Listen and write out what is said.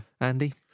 Andy